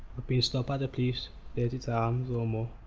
been stopped by the police thirty times or more.